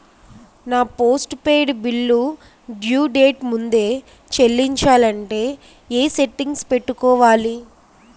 నా postpaid bill due date ముందే చెల్లించాలంటే ఎ సెట్టింగ్స్ పెట్టుకోవాలి?